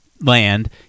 land